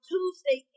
Tuesday